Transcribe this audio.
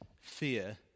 fear